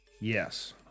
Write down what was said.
yes